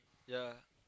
yeah